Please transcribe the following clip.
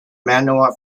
manor